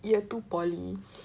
year two poly